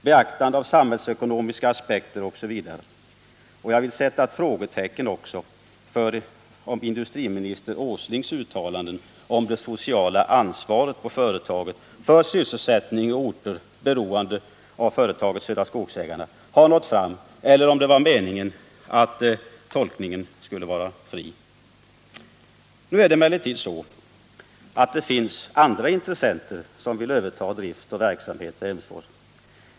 beaktande av samhällsekonomiska aspekter osv. Och jag vill sätta ett frågetecken också för om industriminister Aslings uttalanden om företagets sociala ansvar för sysselsättning och för orter som är beroende av företaget Södra Skogsägarna har nått fram eller om det var meningen att tolkningen skulle vara fri. Nu är det emellertid så att det finns andra intressenter som vill överta drift och verksamhet vid Emsfors.